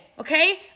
Okay